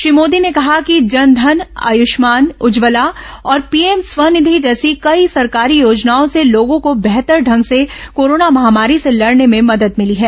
श्री मोदी ने कहा कि जनधन आयुष्मान उज्जवला और पीएम स्वनिधि जैसी कई सरकारी योजनाओं से लोगों को बेहतर ढंग से कोरोना महामारी से लड़ने में मदद मिली है